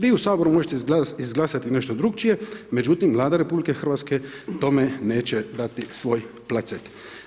Vi u saboru možete izglasati nešto drukčije međutim Vlada RH tome neće dati svoj placet.